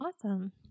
Awesome